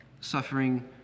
suffering